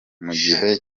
mugihe